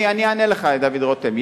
אני אענה לך, דוד רותם.